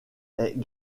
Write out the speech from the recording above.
est